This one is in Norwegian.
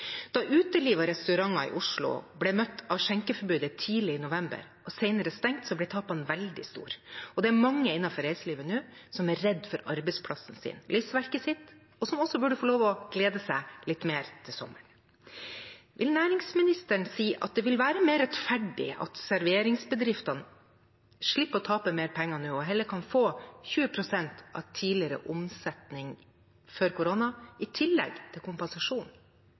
Da uteliv og restauranter i Oslo ble møtt av skjenkeforbudet tidlig i november og senere stengt, ble tapene veldig store, og det er mange innenfor reiselivet nå som er redd for arbeidsplassen sin, livsverket sitt, og som også burde få lov å glede seg litt mer til sommeren. Vil næringsministeren si at det vil være mer rettferdig at serveringsbedriftene slipper å tape mer penger nå og heller kan få 20 pst. av tidligere omsetning før korona i tillegg til kompensasjon?